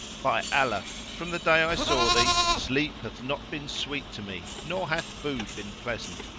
by allah, from the day i saw thee sleep hath not been sweet to me nor hath food been pleasant.